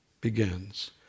begins